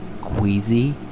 queasy